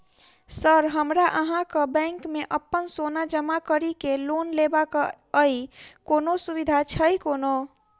Sir हमरा अहाँक bank मे अप्पन सोना जमा करि केँ लोन लेबाक अई कोनो सुविधा छैय कोनो?